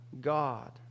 God